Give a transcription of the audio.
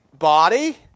body